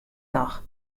noch